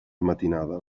matinada